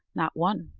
not one,